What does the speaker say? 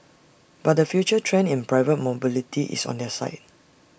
but the future trend in private mobility is on their side